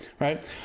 right